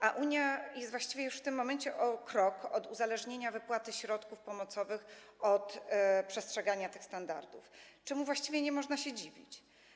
A Unia jest właściwie już w tym momencie o krok od uzależnienia wypłaty środków pomocowych od przestrzegania tych standardów, czemu właściwie nie można się dziwić.